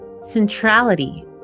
Centrality